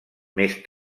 més